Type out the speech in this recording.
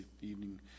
evening